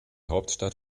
hauptstadt